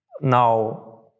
now